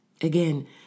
Again